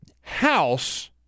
House